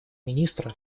министра